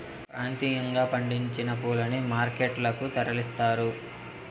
ప్రాంతీయంగా పండించిన పూలని మార్కెట్ లకు తరలిస్తారు